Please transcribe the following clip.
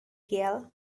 gale